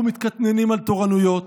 אנחנו מתקטננים על תורנויות,